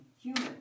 human